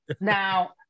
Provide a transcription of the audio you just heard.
now